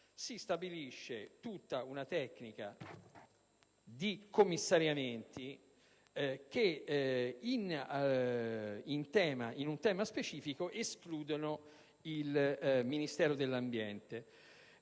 si stabilisce una tecnica di commissariamento che, su un tema specifico, esclude il Ministero dell'ambiente